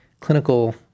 clinical